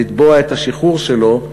לתבוע את השחרור שלו,